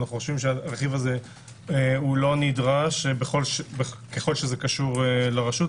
אנו חושבים שהרכיב הזה לא נדרש ככל שזה קשור לרשות,